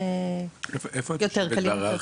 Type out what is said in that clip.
ש- -- איפה את יושבת בהיררכיה?